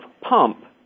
Pump